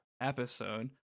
episode